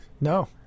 No